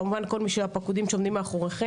כמובן כל מי שהיה פקודים שעומדים מאחוריהם,